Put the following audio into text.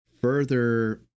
Further